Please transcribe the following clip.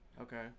Okay